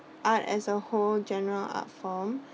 art as a whole general art form